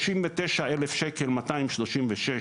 מ-39,236